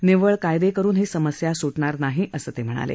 निव्वळ कायदे करुन ही समस्या सुटणार नाही असंही ते म्हणाले